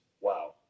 Wow